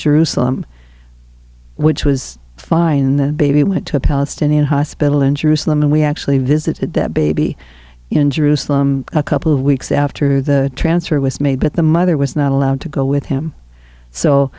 jerusalem which was fine in the baby went to a palestinian hospital in jerusalem and we actually visited that baby in jerusalem a couple of weeks after the transfer was made but the mother was not allowed to go with him so